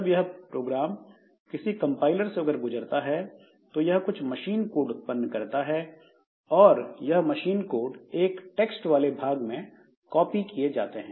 जब यह प्रोग्राम किसी कंपाइलर से होकर गुजरता है तो यह कुछ मशीन कोड उत्पन्न करता है और यह मशीन कोड एक टेक्स्ट वाले भाग में कॉपी किए जाते हैं